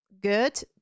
good